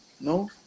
no